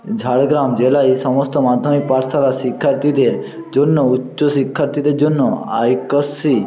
ঝাড়গ্রাম জেলা এইসমস্ত মাধ্যমিক পাঠশালার শিক্ষার্থীদের জন্য উচ্চ শিক্ষার্থীদের জন্য আয়করশ্রী